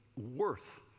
worth